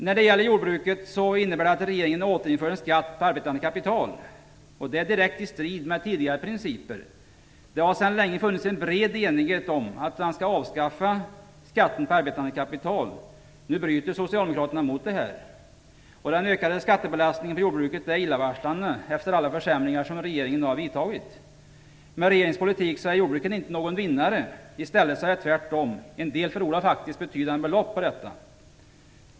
När det gäller jordbruket innebär detta att regeringen återinför skatt på arbetande kapital. Det är direkt i strid med tidigare principer. Det har sedan länge funnits bred enighet om att man skall avskaffa skatten på arbetande kapital. Nu bryter Socialdemokraterna mot detta. Den ökande skattebelastningen på jordbruket är illavarslande efter alla försämringar som regeringen genomfört. Med regeringens politik är jordbruket inte någon vinnare. I stället är det tvärtom, en del förlorar faktiskt betydande belopp.